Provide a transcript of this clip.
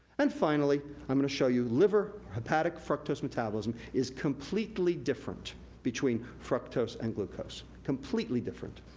and finally, i'm gonna show you liver hepatic fructose metabolism is completely different between fructose and glucose, completely different.